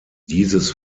dieses